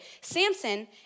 Samson